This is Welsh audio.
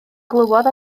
glywodd